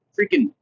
freaking